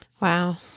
wow